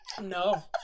No